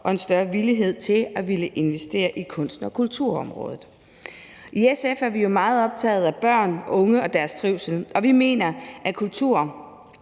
en større villighed til at investere i kunsten og kulturområdet. I SF er vi jo meget optaget af børn og unge og deres trivsel, og vi mener, at kultur